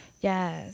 Yes